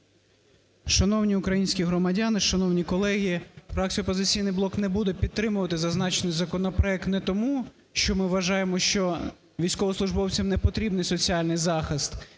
Шановні українські громадяни! Шановні колеги! Фракція "Опозиційний блок" не буде підтримувати зазначений законопроект не тому, що ми вважаємо, що військовослужбовцям непотрібний соціальний захист.